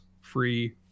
free